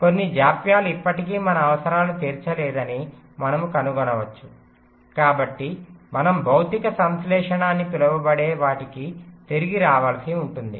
కొన్ని జాప్యాలు ఇప్పటికీ మన అవసరాలను తీర్చలేదని మనము కనుగొనవచ్చు కాబట్టి మనం భౌతిక సంశ్లేషణ అని పిలువబడే వాటికి తిరిగి రావలసి ఉంటుంది